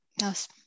Yes